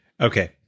Okay